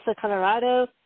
Colorado